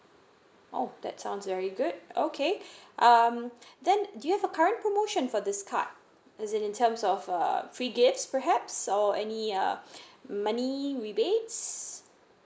oh that sounds very good okay um then do you have a current promotion for this card is in terms of err free gifts perhaps or any uh money rebates